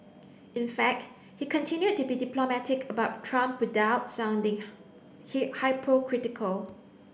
in fact he continued to be diplomatic about Trump without sounding hypocritical